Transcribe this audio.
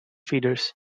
feeders